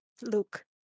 look